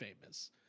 famous